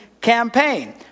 campaign